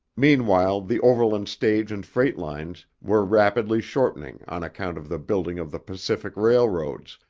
meanwhile the overland stage and freight lines were rapidly shortening on account of the building of the pacific railroads,